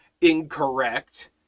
incorrect